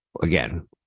Again